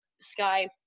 sky